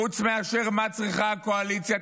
חוץ מאשר מה צריכה הקואליציה.